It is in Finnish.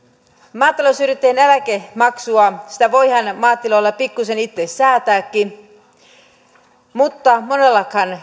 maatalousyrittäjien eläkemaksua voidaan maatiloilla pikkuisen itsekin säätää mutta monellakaan